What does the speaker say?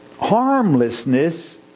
harmlessness